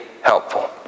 helpful